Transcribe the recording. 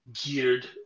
geared